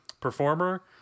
performer